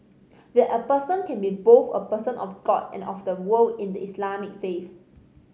that a person can be both a person of God and of the world in the Islamic faith